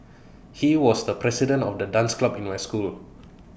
he was the president of the dance club in my school